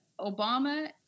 Obama